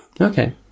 Okay